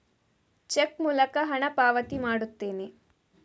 check ಮೂಲಕ ಹಣ ಪಾವತಿ ಮಾಡುತ್ತೇನೆ